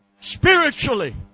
spiritually